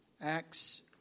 Acts